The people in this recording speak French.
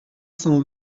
cent